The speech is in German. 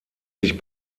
sich